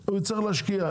הוא יצטרך להשקיע.